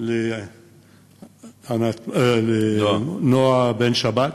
לנועה בן-שבת,